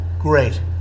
great